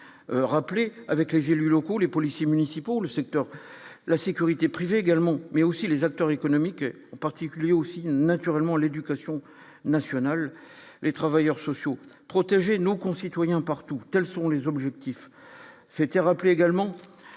s'était rappelé avec les élus locaux, les policiers municipaux, le secteur la sécurité privée également mais aussi les acteurs économiques et en particulier aussi, naturellement, l'éducation nationale, les travailleurs sociaux, protéger nos concitoyens partout : tels sont les objectifs